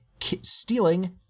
stealing